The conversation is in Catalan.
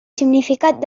significat